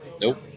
Nope